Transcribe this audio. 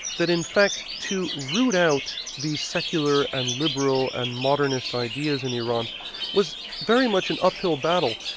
that in fact, to root out the secular and liberal and modernist ideas in iran was very much an uphill battle.